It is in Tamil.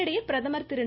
இதனிடையே பிரதமர் திரு